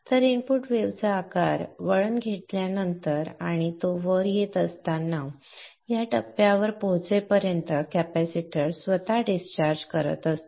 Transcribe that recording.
तर इनपुट वेव्हचा आकार वळण घेतल्यानंतर आणि तो वर येत असताना या टप्प्यावर पोहोचेपर्यंत कॅपेसिटर स्वतःच डिस्चार्ज करत असतो